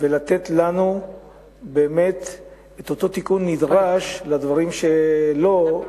ולתת לנו את אותו תיקון נדרש לדברים שלו,